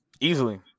Easily